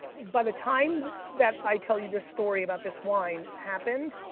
by the time that i tell you this story about this wine happened,